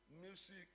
music